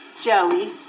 Joey